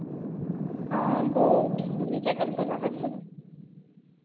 हाँ वह मुझे चेक अप कराना था